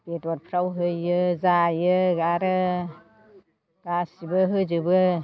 बेदरफ्राव होयो जायो आरो गासिबो होजोबो